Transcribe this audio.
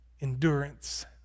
endurance